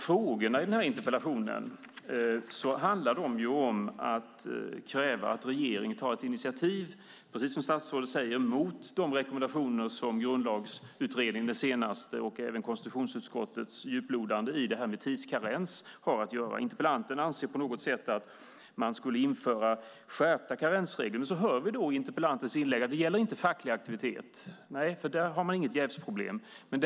Frågorna i interpellationen ställer krav på regeringen att ta ett initiativ, precis som statsrådet säger, mot rekommendationer av Grundlagsutredningen och konstitutionsutskottet efter djuplodande i frågan om tidskarens. Interpellanten anser att man ska införa skärpta karensregler, men vi hör i interpellantens inlägg att det inte gäller facklig aktivitet eftersom man där inte har något jävsproblem.